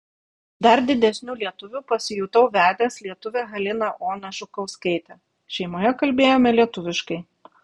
dar didesniu lietuviu pasijutau vedęs lietuvę haliną oną žukauskaitę šeimoje kalbėjome lietuviškai